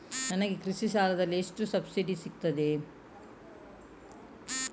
ನನಗೆ ಕೃಷಿ ಸಾಲದಲ್ಲಿ ಎಷ್ಟು ಸಬ್ಸಿಡಿ ಸೀಗುತ್ತದೆ?